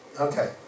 Okay